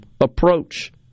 approach